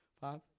Five